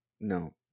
No